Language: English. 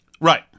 Right